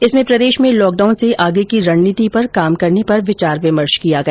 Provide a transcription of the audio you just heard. इसमें प्रदेश में लॉकडाउन से आगे की रणनीति पर काम करने पर विचार विमर्श किया गया